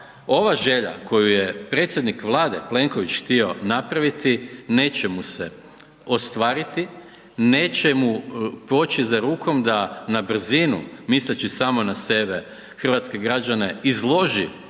ova želja koju je predsjednik Vlade, Plenković htio napraviti neće mu se ostvariti, neće mu poći za rukom da na brzinu, misleći samo na sebe, hrvatske građane izloži